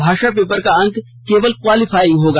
भाषा पेपर का अंक केवल क्वालिफाइंग होगा